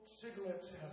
cigarettes